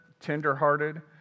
tenderhearted